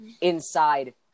inside